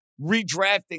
Redrafting